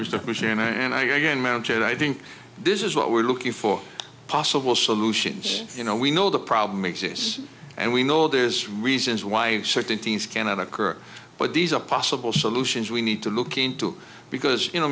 mounted i think this is what we're looking for possible solutions you know we know the problem exists and we know there's reasons why certain things cannot occur but these are possible solutions we need to look into because you know